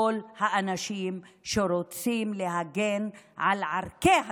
האנשים שרוצים להגן על ערכי הדמוקרטיה,